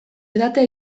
edatea